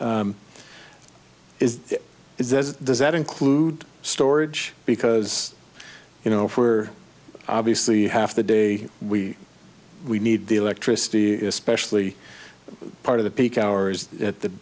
cents is is it does that include storage because you know for obviously half the day we we need the electricity is specially part of the peak hours at the